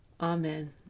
Amen